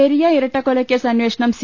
പെരിയ ഇരട്ടക്കൊലക്കേസ് അന്വേഷണം സി